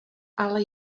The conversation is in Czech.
ale